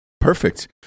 perfect